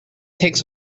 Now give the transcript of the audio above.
takes